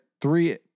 three